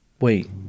Wait